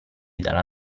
dalla